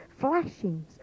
flashings